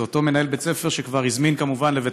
זה אותו מנהל בית ספר שכבר הזמין כמובן לבית